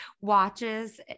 watches